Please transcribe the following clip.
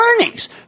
earnings